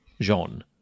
Jean